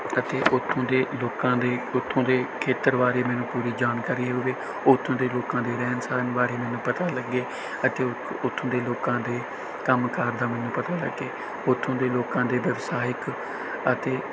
ਅਤੇ ਉੱਥੋਂ ਦੇ ਲੋਕਾਂ ਦੇ ਉੱਥੋਂ ਦੇ ਖੇਤਰ ਬਾਰੇ ਮੈਨੂੰ ਪੂਰੀ ਜਾਣਕਾਰੀ ਹੋਵੇ ਉੱਥੋਂ ਦੇ ਲੋਕਾਂ ਦੇ ਰਹਿਣ ਸਹਿਣ ਬਾਰੇ ਮੈਨੂੰ ਪਤਾ ਲੱਗੇ ਅਤੇ ਉਹ ਉੱਥੋਂ ਦੇ ਲੋਕਾਂ ਦੇ ਕੰਮ ਕਾਰ ਦਾ ਮੈਨੂੰ ਪਤਾ ਲੱਗੇ ਉੱਥੋਂ ਦੇ ਲੋਕਾਂ ਦੇ ਵਿਵਸਾਇਕ ਅਤੇ